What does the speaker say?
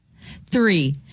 Three